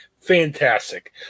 Fantastic